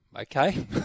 Okay